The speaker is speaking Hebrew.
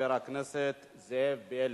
חבר הכנסת זאב בילסקי,